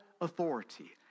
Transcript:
authority